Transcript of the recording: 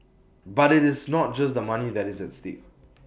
but IT is not just the money that is at stake